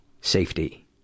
safety